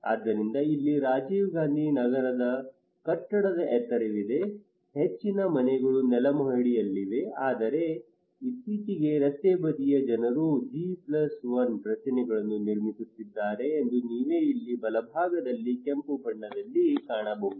ಆದ್ದರಿಂದ ಇಲ್ಲಿ ರಾಜೀವ್ ಗಾಂಧಿ ನಗರದಲ್ಲಿ ಕಟ್ಟಡದ ಎತ್ತರವಿದೆ ಹೆಚ್ಚಿನ ಮನೆಗಳು ನೆಲ ಮಹಡಿಯಲ್ಲಿವೆ ಆದರೆ ಇತ್ತೀಚೆಗೆ ರಸ್ತೆಬದಿಯ ಜನರು G1 ರಚನೆಯನ್ನು ನಿರ್ಮಿಸುತ್ತಿದ್ದಾರೆ ಅದು ನೀವೇ ಇಲ್ಲಿ ಬಲಭಾಗದಲ್ಲಿ ಕೆಂಪು ಬಣ್ಣದಲ್ಲಿ ಕಾಣಬಹುದು